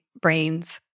brains